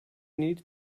needed